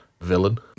villain